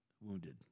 wounded